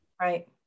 right